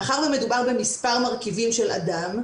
מאחר ומדובר במספר מרכיבים של אדם,